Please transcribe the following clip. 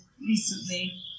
recently